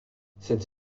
cette